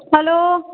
hello